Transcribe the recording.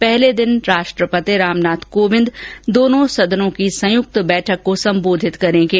पहले दिन राष्ट्रपति रामनाथ कोविंद दोनों सदनों की संयुक्त बैठक को संबोधित करेंगे